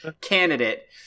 candidate